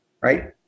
right